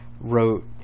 wrote